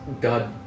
god